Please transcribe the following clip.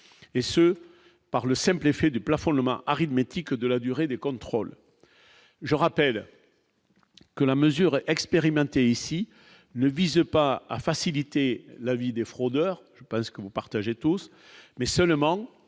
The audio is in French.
et ce par le simple effet de plafond Le Mans arithmétique de la durée des contrôles, je rappelle que la mesure expérimentée ici ne vise pas à faciliter la vie des fraudeurs, parce que vous partagez tous mais seulement